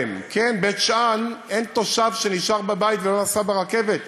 בבית-שאן אין תושב שנשאר בבית ולא נסע ברכבת,